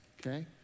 okay